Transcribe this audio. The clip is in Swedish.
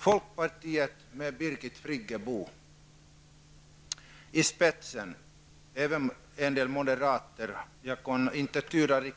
Folkpartiet med Birgit Friggebo i spetsen, en del moderater -- jag kan inte riktigt